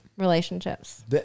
relationships